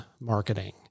marketing